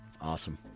awesome